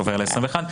עובר ל-21,